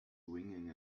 ringing